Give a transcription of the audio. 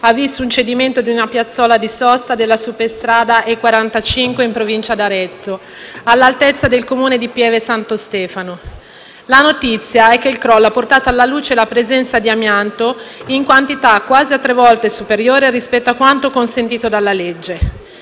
ha visto il cedimento di una piazzola di sosta della superstrada E45 in provincia di Arezzo, all'altezza del Comune di Pieve Santo Stefano. La notizia è che il crollo ha portato alla luce la presenza di amianto in quantità quasi tre volte superiore rispetto a quanto consentito dalla legge.